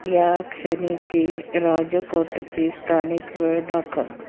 या क्षणीची राजकोटची स्थानिक वेळ दाखव